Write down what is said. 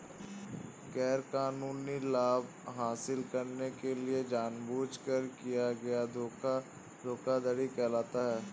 गैरकानूनी लाभ हासिल करने के लिए जानबूझकर किया गया धोखा धोखाधड़ी कहलाता है